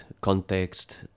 context